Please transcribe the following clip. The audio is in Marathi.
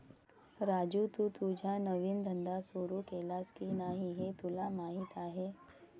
राजू, तू तुझा नवीन धंदा सुरू केलास की नाही हे तुला माहीत आहे